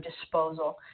disposal